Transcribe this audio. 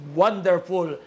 wonderful